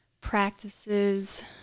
Practices